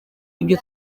ibyo